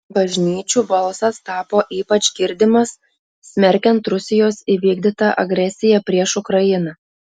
bažnyčių balsas tapo ypač girdimas smerkiant rusijos įvykdytą agresiją prieš ukrainą